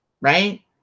right